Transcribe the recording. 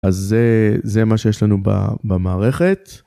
אז זה מה שיש לנו במערכת.